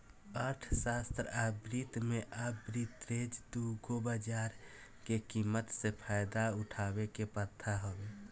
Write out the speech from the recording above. अर्थशास्त्र आ वित्त में आर्बिट्रेज दू गो बाजार के कीमत से फायदा उठावे के प्रथा हवे